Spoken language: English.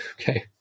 Okay